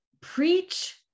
preach